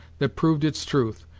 that proved its truth,